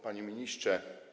Panie Ministrze!